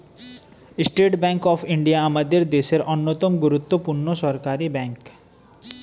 state bank of India আমাদের দেশের অন্যতম গুরুত্বপূর্ণ সরকারি ব্যাঙ্ক